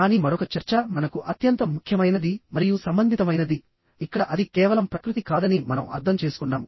కానీ మరొక చర్చ మనకు అత్యంత ముఖ్యమైనది మరియు సంబంధితమైనది ఇక్కడ అది కేవలం ప్రకృతి కాదని మనం అర్థం చేసుకున్నాము